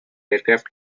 aircraft